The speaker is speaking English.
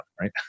right